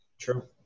True